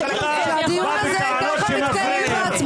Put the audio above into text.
בבקשה, עורך הדין ד"ר גיל לימון.